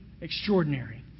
extraordinary